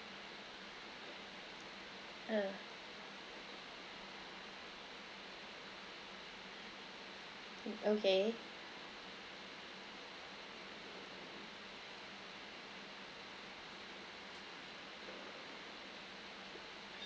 uh mm okay